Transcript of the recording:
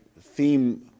theme